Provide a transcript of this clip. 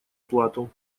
плату